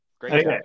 Great